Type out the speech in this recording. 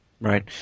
right